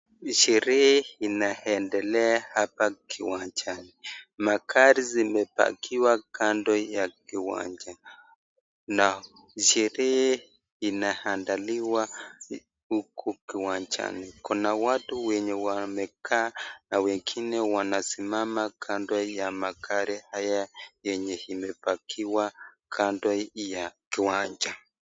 Sherehe inaendelea hapa kiwanjani magari zemebakiwa kando ya kiwanja na sherehe inaandaliwa huku kiwanjani Kuna watu wenye wamekaa wengine wanasimama kando ya magari haya yenye imebakiwa kando ya kiwanja.